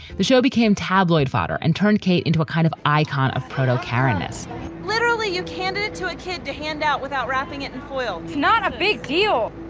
the show became tabloid fodder and turned kate into a kind of icon of proteau carolus literally your candidate to a kid to hand out without wrapping it in foil. not a big deal.